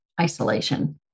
isolation